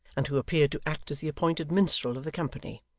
and who appeared to act as the appointed minstrel of the company,